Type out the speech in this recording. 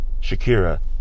Shakira